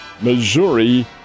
Missouri